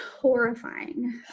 horrifying